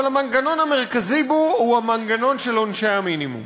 אבל המנגנון המרכזי בו הוא המנגנון של עונשי המינימום.